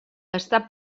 està